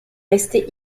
resté